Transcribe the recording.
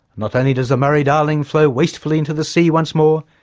not only does the murray-darling flow wastefully into the sea once more,